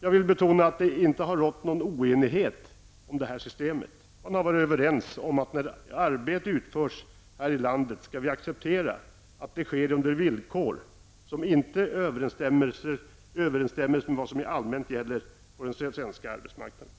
Jag vill betona att det inte har rått någon oenighet om det systemet. Man har varit överens om att när arbete utförs här i landet skall vi inte acceptera att det sker under villkor som inte överensstämmer med vad som allmänt gäller på den svenska arbetsmarknaden.